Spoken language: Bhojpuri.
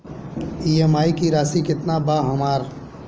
ई.एम.आई की राशि केतना बा हमर?